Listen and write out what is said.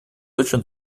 очень